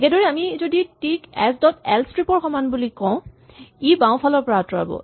একেদৰে আমি যদি T K H dot L strip ৰ সমান বুলি কওঁ ই বাওঁফালৰ পৰা আঁতৰাব